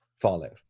Fallout